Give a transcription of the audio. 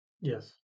Yes